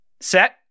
Set